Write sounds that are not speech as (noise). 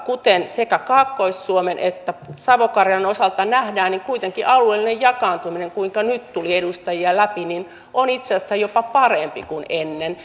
kuten sekä kaakkois suomen että savo karjalan osalta nähdään niin kuitenkin alueellinen jakaantuminen kuinka nyt tuli edustajia läpi on itse asiassa jopa parempi kuin ennen (unintelligible)